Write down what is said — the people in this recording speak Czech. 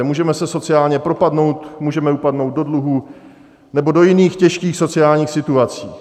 Můžeme se sociálně propadnout, můžeme upadnout do dluhů nebo do jiných těžkých sociálních situací.